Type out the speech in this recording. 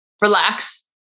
relax